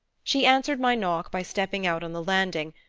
she answered my knock by stepping out on the landing,